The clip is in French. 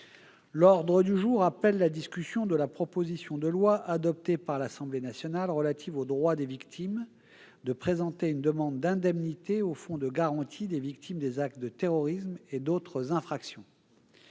L'ordre du jour appelle la discussion de la proposition de loi, adoptée par l'Assemblée nationale, relative au droit des victimes de présenter une demande d'indemnité au Fonds de garantie des victimes des actes de terrorisme et d'autres infractions